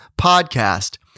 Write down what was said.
podcast